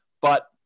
but-